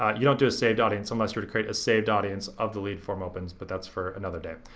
ah you don't do a saved audience unless you're to create a saved audience of the lead form opens, but that's for another day.